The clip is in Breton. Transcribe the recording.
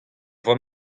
vro